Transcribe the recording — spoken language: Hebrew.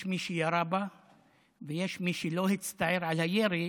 יש מי שירה בה ויש מי שלא הצטער על הירי,